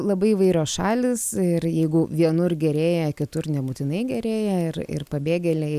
labai įvairios šalys ir jeigu vienur gerėja kitur nebūtinai gerėja ir ir pabėgėliai